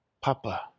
Papa